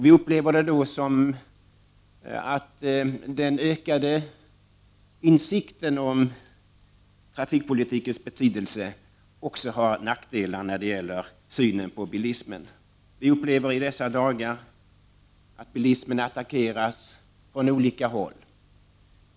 Vi upplever det som att den ökade insikten om trafikpolitikens betydelse också har nackdelar när det gäller synen på bilismen. Vi upplever i dessa dagar att bilismen attackeras från olika håll.